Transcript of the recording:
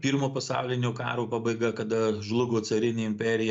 pirmo pasaulinio karo pabaiga kada žlugo carinė imperija